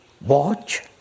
watch